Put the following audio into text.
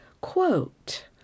quote